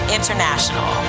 International